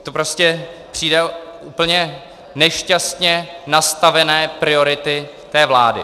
To prostě přijde úplně nešťastně nastavené priority té vlády.